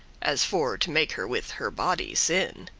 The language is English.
as for to make her with her body sin.